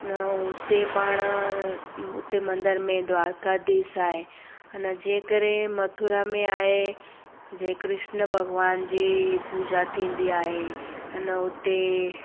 न हुते पाण हुते मंदर में द्वारकाधीस आहे हुनजे करे मथुरा में आहे जे कृष्ण भॻवान जी पूॼा थींदी आहे अन हुते